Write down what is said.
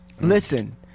Listen